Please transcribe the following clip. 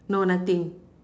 no nothing